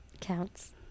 Counts